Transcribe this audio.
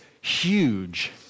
huge